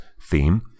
theme